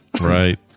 Right